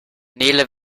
nele